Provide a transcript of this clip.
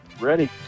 Ready